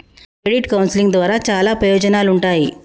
credit counselling ద్వారా చాలా ప్రయోజనాలుంటాయి